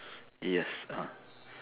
yes